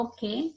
Okay